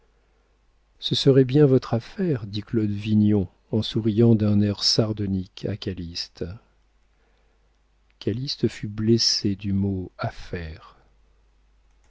ce serait bien votre affaire dit claude vignon en souriant d'un air sardonique à calyste calyste fut blessé du mot